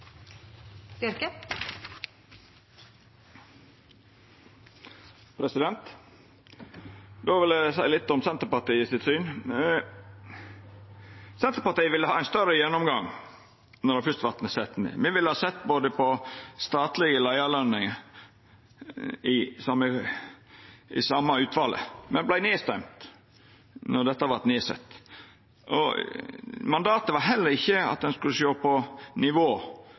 Då vil eg seia litt om Senterpartiets syn. Senterpartiet ville hatt ein større gjennomgang når det fyrst vart sett ned eit utval. Me ville ha sett på statlege leiarløningar i det same utvalet, men vart røysta ned då dette vart sett ned. Mandatet var heller ikkje at ein skulle sjå på nivå